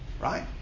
Right